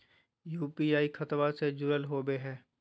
UPI खतबा से जुरल होवे हय?